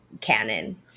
canon